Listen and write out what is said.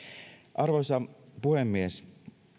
arvoisa puhemies